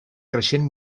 creixent